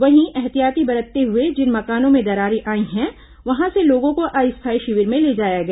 वहीं एहतियात बरतते हुए जिन मकानों में दरारें आई हैं वहां से लोगों को अस्थायी शिविर में ले जाया गया